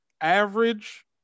average